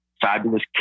Fabulous